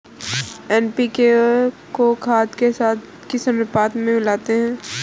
NPK को खाद के साथ किस अनुपात में मिलाते हैं?